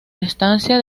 estancia